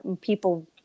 people